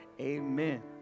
Amen